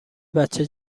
بچه